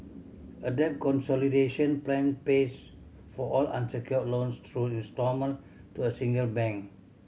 a debt consolidation plan pays for all unsecured loans through instalment to a single bank